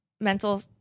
mental